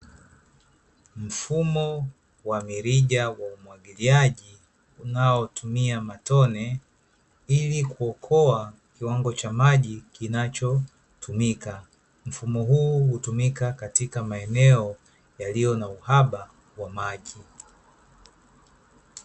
Mfumo wa mirija wa umwagiliaji, unaotumia matone, ili kuokoa kiwango cha maji kinachotumika. Mfumo huu hutumika katika maeneo, yaliyo na uhaba wa maji.